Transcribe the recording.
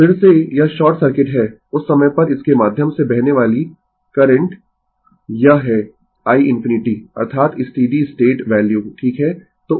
तो फिर से यह शॉर्ट सर्किट है उस समय पर इसके माध्यम से बहने वाली करंट यह है i ∞ अर्थात स्टीडी स्टेट वैल्यू ठीक है